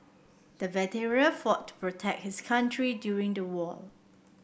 the veteran fought to protect his country during the war